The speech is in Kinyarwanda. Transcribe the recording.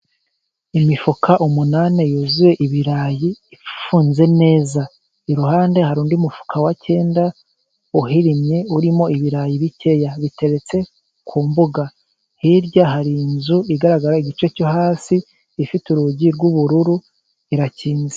Imifuka umunani yuzuye ibirayi ifunze neza iruhande, hari undi mufuka wa cyenda wahirimye urimo ibirayi bikeya , biteretse ku mbuga . Hirya hari inzu igaragara igice cyo hasi ifite urugi rw'ubururu irakinze.